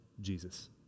Jesus